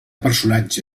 personatge